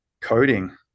Coding